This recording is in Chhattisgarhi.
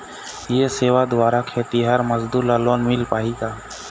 ये सेवा द्वारा खेतीहर मजदूर ला लोन मिल पाही का?